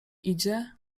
idzie